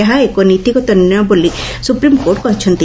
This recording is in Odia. ଏହା ଏକ ନୀତିଗତ ନିର୍ଣ୍ୟ ବୋଲି ସ୍ପ୍ରିମକୋର୍ଟ କହିଛନ୍ତି